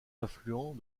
affluent